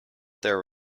there